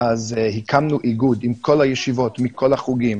אז הקמנו איגוד עם כל הישיבות מכל החוגים,